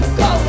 go